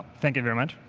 thank you very much.